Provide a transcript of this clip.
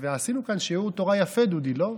אבל עשינו כאן שיעור תורה יפה, דודי, לא?